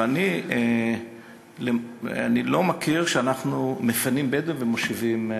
אבל אני לא מכיר שאנחנו מפנים בדואים ומושיבים,